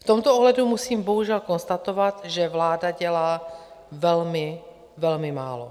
V tomto ohledu musím bohužel konstatovat, že vláda dělá velmi, velmi málo.